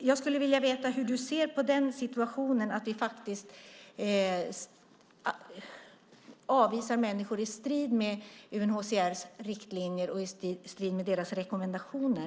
Jag skulle vilja veta hur Lars Gustafsson ser på det faktum att vi avvisar människor i strid med UNHCR:s riktlinjer och rekommendationer.